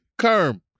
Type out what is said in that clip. Kerm